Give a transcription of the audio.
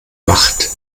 macht